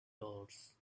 dollars